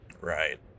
Right